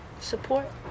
support